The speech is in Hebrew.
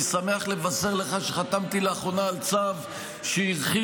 אני שמח לבשר לך שחתמתי לאחרונה על צו שהרחיב